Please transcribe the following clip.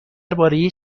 درباره